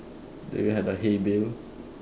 do you have the hey Bill